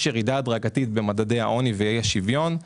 ירידה הדרגתית במדדי העוני ואי השוויון.